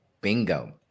Bingo